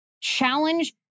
challenge